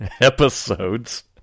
episodes